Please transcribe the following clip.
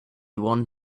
one